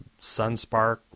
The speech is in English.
Sunspark